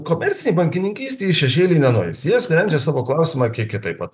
komercinėj bankininkystėj į šešėlį nenueisi jie sprendžia savo klausimą kiek kitaip vat